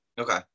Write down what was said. Okay